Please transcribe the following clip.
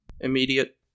Immediate